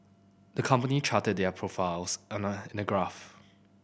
the company charted their profiles in a graph